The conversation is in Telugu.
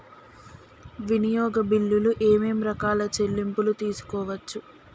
వినియోగ బిల్లులు ఏమేం రకాల చెల్లింపులు తీసుకోవచ్చు?